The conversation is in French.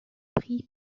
prix